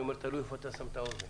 אני אומר תלוי היכן אתה שם אתה אוזן.